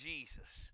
Jesus